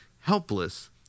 Helpless